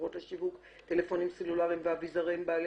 חברות לשיווק טלפונים סלולריים ואביזריהם,